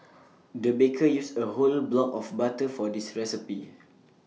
the baker used A whole block of butter for this recipe